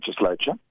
legislature